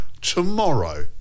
...tomorrow